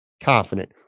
confident